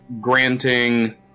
granting